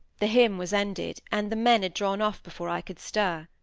the hymn was ended, and the men had drawn off before i could stir.